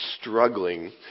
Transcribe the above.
struggling